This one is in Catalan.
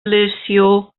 lesió